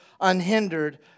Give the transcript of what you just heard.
unhindered